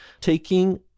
taking